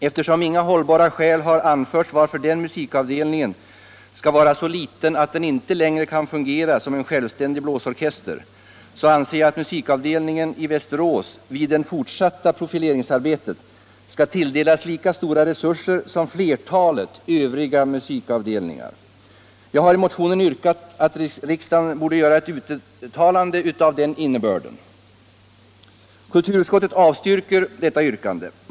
Eftersom inga hållbara skäl har anförts till att denna musikavdelning skall vara så liten att den inte längre kan fungera såsom en självständig blåsorkester, anser jag att musikavdelningen i Västerås vid det fortsatta profileringsarbetet skall tilldelas lika stora resurser som flertalet övriga musikavdelningar. Jag har i motionen yrkat att riksdagen borde göra ett uttalande med den innebörden. Kulturutskottet avstyrker detta yrkande.